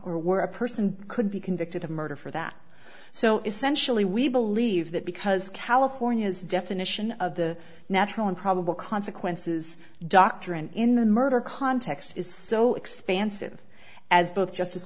or were a person could be convicted of murder for that so essentially we believe that because california's definition of the natural and probable consequences doctrine in the murder context is so expansive as both just